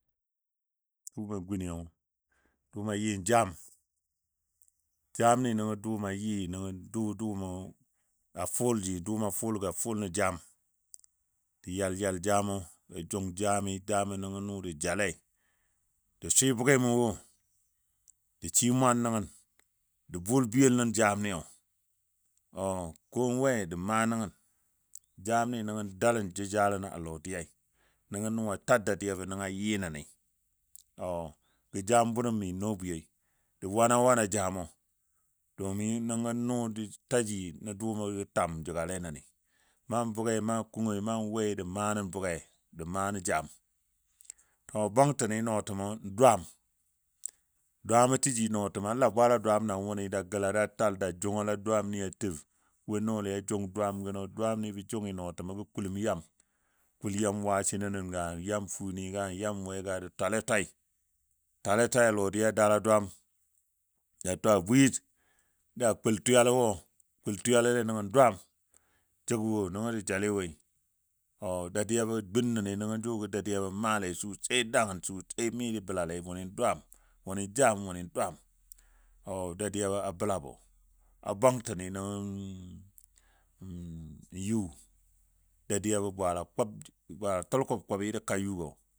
Duumɔ a guniyɔ dʊʊmɔ yɨ jam, jamni nəngɔ dʊʊmɔ yɨ nəngɔ dʊʊ dʊʊmɔ a fʊlji dʊʊmɔ ful ga fʊl nən jam, da yal yal jamɔ, da jʊng jami nəngɔ nʊ jə jalei, jə swɨ bʊgemɔ wo, jə shi mwan nəngən, də bʊl biyel nnən jaminiyo o ko nnwe jə maa nəngən, jamni nəngɔ daləng jəjalən a lɔdiyai. Nəngɔ nʊ a ta dadiyabɔ nəngɔ a yɨ. nəni o gə jam bunən mi nɔbwiyoi. Ja wana wana jamɔ domin nəngo nʊ taji nən dʊʊ gə tam jigale nəni. Nan bʊge, nan kungoi nan wei jə maa nən bʊge jə maa nən jam. Jʊ a bwangtəni nɔotəmɔ n dwaam, dwaamɔ təji nɔɔtəmɔ la, bwaala dwaam na wʊni da gəla da tal da jʊngala dwaam ni a təb. Wo nɔoli a jʊng dwaam gənɔ, dwaamni nɔɔtəmɔ gə kuləm yam, kul yam wasino nən ka, yam funəngi ka, we ka də twale twai. Twale twai a lɔdiya daala dwaam, da twa bwir da kul twiyalo wo, kul twiyalole nən dwaam təg wo nəngɔ jə jale woi dadiyabɔ gun nəni nəngɔ jʊgɔ dadiyabɔ maale sosai dangən sosai mi jə bəlale. Wuni dwaam wʊni jam wʊni dwaam dadiyabɔ a bəlabɔ. A bwangtəni nəngɔ yu, dadiyabɔ bwaala kʊb bwaala tʊlkʊb kʊbi ja ka yugɔ.